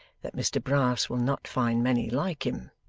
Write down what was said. that mr brass will not find many like him